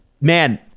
Man